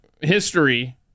history